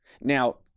Now